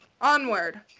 onward